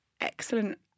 excellent